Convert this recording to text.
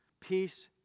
peace